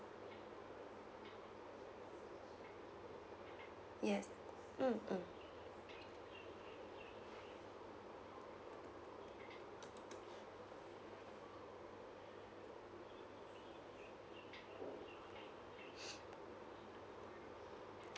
yes mm mm